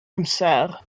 amser